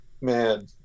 Man